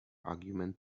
argument